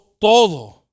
todo